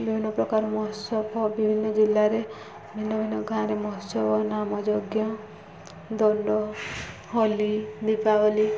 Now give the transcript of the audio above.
ବିଭିନ୍ନ ପ୍ରକାର ମହୋତ୍ସବ ବିଭିନ୍ନ ଜିଲ୍ଲାରେ ଭିନ୍ନ ଭିନ୍ନ ଗାଁରେ ମହୋତ୍ସବ ନାମ ଯଜ୍ଞ ଦଣ୍ଡ ହୋଲି ଦୀପାବଳି